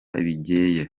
bigeye